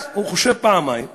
הוא חושב פעמיים ואומר: